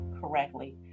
correctly